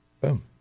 boom